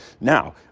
now